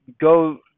go